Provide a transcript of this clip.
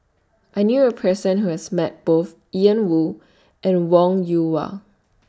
I knew A Person Who has Met Both Ian Woo and Wong Yoon Wah